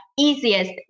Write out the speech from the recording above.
easiest